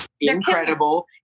incredible